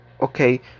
Okay